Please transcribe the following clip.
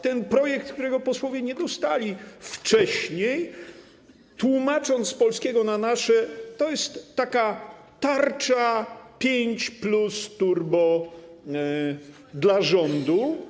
Ten projekt, którego posłowie nie dostali wcześniej, tłumacząc z polskiego na nasze, to jest taka tarcza 5+ turbo dla rządu.